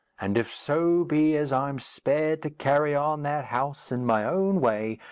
and if so be as i'm spared to carry on that house in my own way,